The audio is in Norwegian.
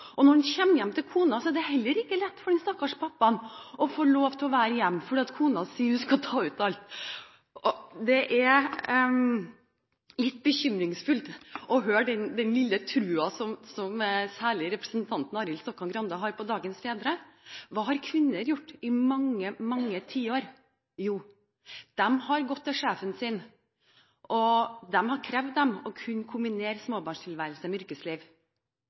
Og når han kommer hjem til kona, er det heller ikke lett for den stakkars pappaen å få lov til å være hjemme, fordi kona sier at hun skal ta ut alt. Det er litt bekymringsfullt å høre at særlig representanten Arild Stokkan-Grande har så liten tro på dagens fedre. Hva har kvinner gjort i mange, mange tiår? Jo, de har gått til sjefen sin og krevd å kunne kombinere småbarnstilværelse med yrkesliv.